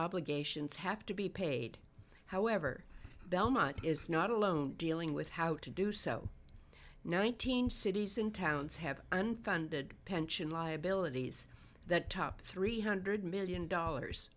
obligations have to be paid however belmont is not alone dealing with how to do so nineteen cities and towns have unfunded pension liabilities that topped three hundred million dollars